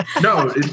no